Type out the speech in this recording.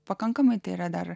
pakankamai tėra dar